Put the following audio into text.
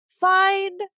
find